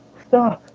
stop!